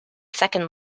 second